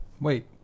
wait